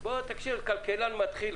תקשיב לכלכלן מתחיל,